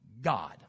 God